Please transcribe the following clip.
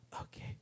okay